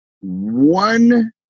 One